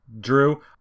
Drew